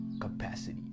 capacity